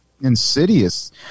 insidious